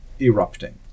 erupting